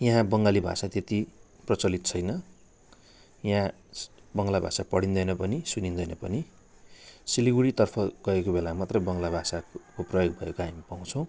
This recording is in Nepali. यहाँ बङ्गाली भाषा त्यति प्रचलित छैन यहाँ बङ्गाला भाषा पढिँदैन पनि सुनिँदैन पनि सिलगढीतर्फ गएको बेलामा मात्र बङ्गला भाषाको प्रयोग भएको हामी पाउछौँ